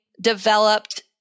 developed